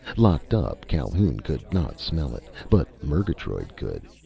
locked up, calhoun could not smell it. but murgatroyd could.